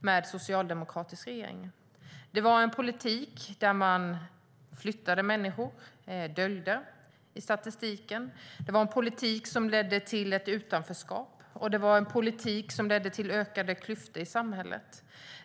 under socialdemokratiska regeringar. Det var en politik där man flyttade runt människor och dolde dem i statistiken. Det var en politik som ledde till utanförskap, och det var en politik som ledde till ökade klyftor i samhället.